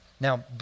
Now